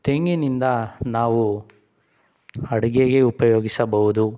ತೆಂಗಿನಿಂದ ನಾವು ಅಡಿಗೆಗೆ ಉಪಯೋಗಿಸಬಹುದು